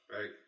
right